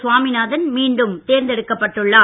சுவாமிநாதன் மீண்டும் தேர்ந்தெடுக்கப்பட்டு உள்ளார்